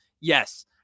yes